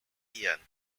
ian